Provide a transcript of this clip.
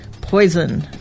poison